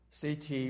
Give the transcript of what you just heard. CT